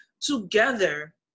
together